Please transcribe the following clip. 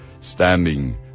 standing